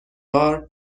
بار